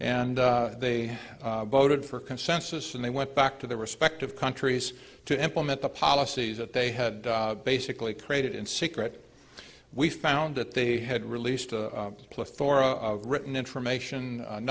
and they voted for consensus and they went back to their respective countries to implement the policies that they had basically created in secret we found that they had released a plethora of written information